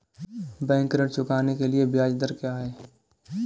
Bank ऋण चुकाने के लिए ब्याज दर क्या है?